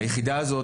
היחידה הזאת,